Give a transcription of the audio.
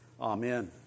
Amen